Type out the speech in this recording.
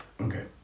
okay